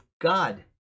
God